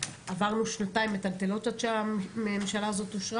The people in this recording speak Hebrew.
עברנו שנתיים מטלטלות עד שהממשלה הזאת אושרה